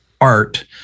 art